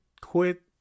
quit